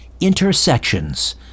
Intersections